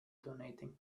donating